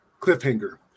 cliffhanger